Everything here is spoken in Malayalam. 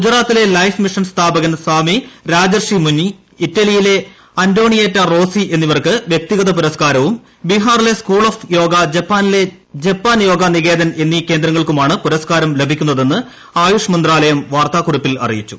ഗുജറാത്തിലെ ലൈഫ് മിഷൻ സ്ഥാപകൻ സ്വാമി രാജർഷി മുനി ഇറ്റലിയിലെ അന്റോണിയേറ്റ റോസി എന്നിവർക്ക് വ്യക്തിഗത പുരസ്ക്കാരവും ബിഹാറിലെ സ്കൂൾ ഓഫ് യോഗ ജപ്പാനിലെ ജപ്പാൻ യോഗ നികേതൻ എന്നീ കേന്ദ്രങ്ങൾക്കുമാണ് പുരസ്ക്കാരം ലഭിക്കുന്നതെന്ന് ആയുഷ് മന്ത്രാലയം വാർത്താക്കുറിപ്പിൽ അറിയിച്ചു